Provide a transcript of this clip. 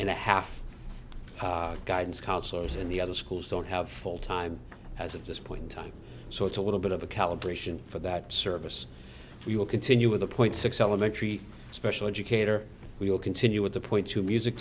and a half guidance counselors in the other schools don't have full time as of this point in time so it's a little bit of a calibration for that service we will continue with a point six elementary special educator we will continue with the point to music